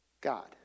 God